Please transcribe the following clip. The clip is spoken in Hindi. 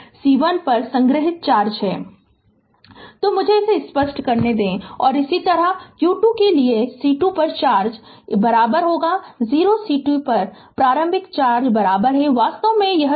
Refer slide time 2447 तो मुझे इसे स्पष्ट करने दें और इसी तरह q 2 के लिए C2 पर चार्ज 0 C2 पर प्रारंभिक चार्ज वास्तव में 0